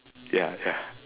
ya ya